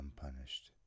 unpunished